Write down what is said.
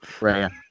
Right